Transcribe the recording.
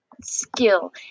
skill